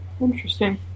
Interesting